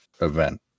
event